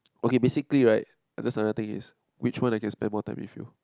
okay basically right that's another thing is which one I can spend more time with you